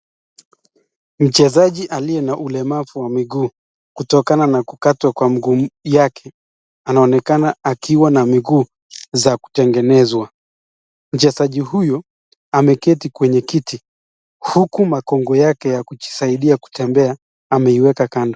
Mchezaji aliye na ulemavu wa miguu kutokana na kukatwa kwa mguu yake anaonekana akiwa na miguu za kutengenezwa. Mchezaji huyu ameketi kwenye kiti huku makongo yake ya kujisaidia kutembea ameiweka kando.